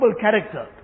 character